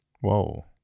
Whoa